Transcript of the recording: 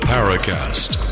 Paracast